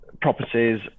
properties